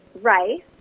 rice